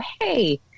hey